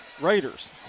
Raiders